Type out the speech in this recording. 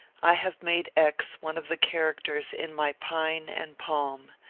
i have made x. one of the characters in my pine and palm,